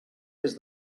des